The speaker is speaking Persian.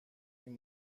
این